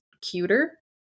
cuter